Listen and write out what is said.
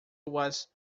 was